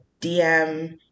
DM